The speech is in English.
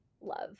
love